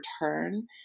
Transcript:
return